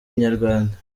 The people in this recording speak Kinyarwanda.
inyarwanda